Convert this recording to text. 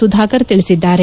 ಸುಧಾಕರ್ ತಿಳಿಸಿದ್ದಾರೆ